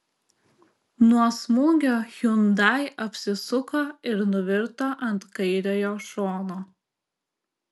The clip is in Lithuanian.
nuo smūgio hyundai apsisuko ir nuvirto ant kairiojo šono